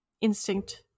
instinct